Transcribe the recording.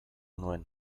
nuen